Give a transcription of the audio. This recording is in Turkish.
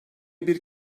bir